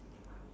food